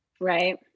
right